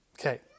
Okay